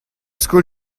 skol